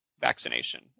vaccination